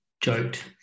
joked